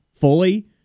fully